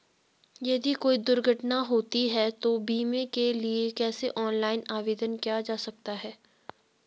यदि कोई दुर्घटना होती है तो बीमे के लिए कैसे ऑनलाइन आवेदन किया जा सकता है?